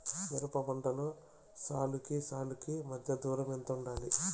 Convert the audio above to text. మిరప పంటలో సాలుకి సాలుకీ మధ్య దూరం ఎంత వుండాలి?